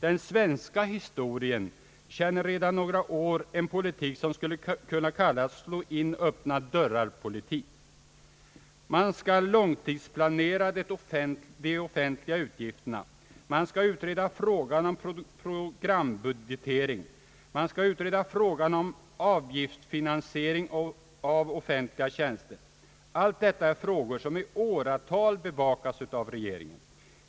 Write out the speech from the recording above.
Den svenska historien känner sedan några år en politik som kunde kallas »slå-in-öppnadörrar-politik». Man skall långtidsplanera de offentliga utgifterna. Man skall utreda frågan om programbudgetering. Man skall utreda frågan om avgiftsfinansiering av offentliga tjänster. Allt detta är frågor som i åratal bevakats av regeringen.